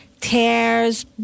tears